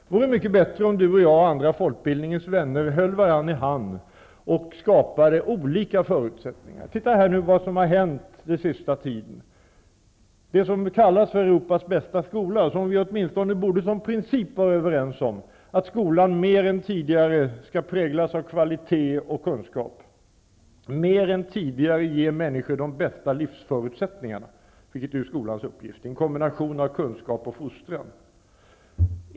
Det vore mycket bättre om Berit Oscarsson och jag och andra folkbildningens vänner höll varandra i handen och skapade olika förutsättningar. Titta nu på vad som har hänt den senaste tiden! Vi borde åtminstone som princip vara överens om det som kallas för Europas bästa skola, att skolan mer än tidigare skall präglas av kvalitet och kunskap, mer än tidigare ge människor de bästa livsförutsättningarna, vilket är skolans uppgift, en kombination av kunskap och fostran.